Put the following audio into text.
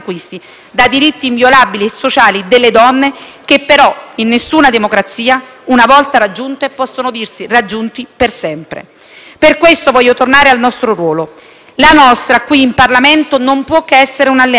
che però in nessuna democrazia, una volta raggiunti, possono dirsi raggiunti per sempre. Per questo voglio tornare al nostro ruolo. La nostra qui in Parlamento non può che essere un'alleanza, il nostro deve essere uno sforzo unitario e coeso